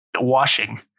washing